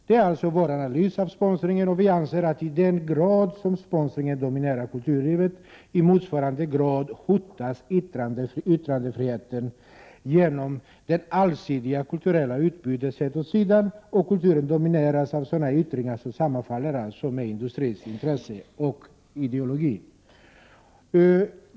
Det är alltså vår analys av sponsringen, och vi anser att i samma grad som sponsringen dominerar kulturlivet hotas yttrandefriheten genom att det allsidiga kulturella utbytet sätts åt sidan och kulturen domineras av sådana yttringar som sammanfaller med industrins intresse och ideologi.